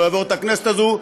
לא יעבור את הכנסת הזאת,